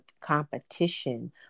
competition